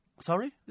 sorry